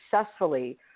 successfully